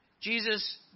Jesus